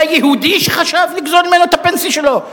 היה יהודי שחשב לגזול ממנו את הפנסיה שלו?